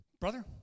brother